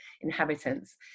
inhabitants